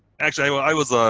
actually, i was